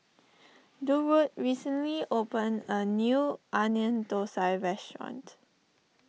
Durwood recently opened a new Onion Thosai restaurant